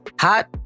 hot